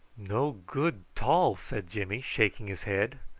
no good t all, said jimmy, shaking his head.